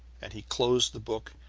and he closed the book,